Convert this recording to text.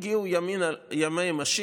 הגיעו ימות המשיח,